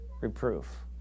reproof